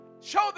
Show